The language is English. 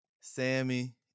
Sammy